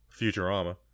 Futurama